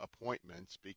appointments